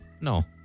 No